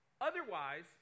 Otherwise